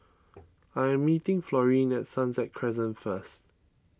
I am meeting Florine at Sunset Crescent first